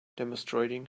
demonstrating